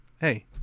hey